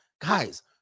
Guys